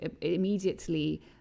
immediately